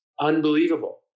unbelievable